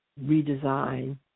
redesign